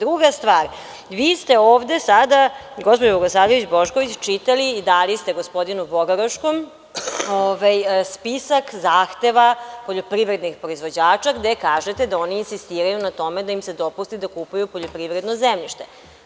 Druga stvar, vi ste ovde sada, gospođo Bogosavljević Bošković, čitali i dali ste gospodinu Bogoroškom spisak zahteva poljoprivrednih proizvođača gde kažete da oni insistiraju na tome da se dopusti da kupuju poljoprivredno zemljište.